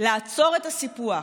לעצור את הסיפוח,